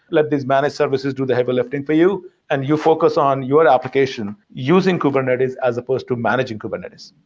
let this managed services do the heavy lifting for you and you focus on your application using kubernetes as supposed to managing kubernetes.